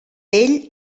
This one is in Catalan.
ell